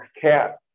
cat